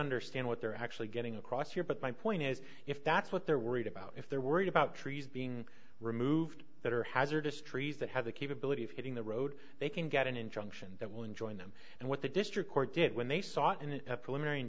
understand what they're actually getting across here but my point is if that's what they're worried about if they're worried about trees being removed that are hazardous trees that have the capability of hitting the road they can get an injunction that will enjoin them and what the district court did when they saw in a